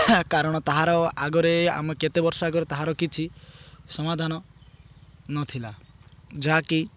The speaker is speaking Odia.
କାରଣ ତାହାର ଆଗରେ ଆମ କେତେ ବର୍ଷ ଆଗରେ ତାହାର କିଛି ସମାଧାନ ନଥିଲା ଯାହାକି